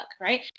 right